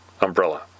umbrella